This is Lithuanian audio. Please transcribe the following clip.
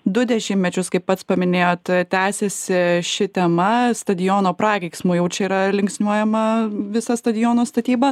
du dešimtmečius kaip pats paminėjot tęsiasi ši tema stadiono prakeiksmu jau čia yra linksniuojama visa stadiono statyba